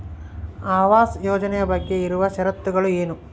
ಆವಾಸ್ ಯೋಜನೆ ಬಗ್ಗೆ ಇರುವ ಶರತ್ತುಗಳು ಏನು?